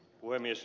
puhemies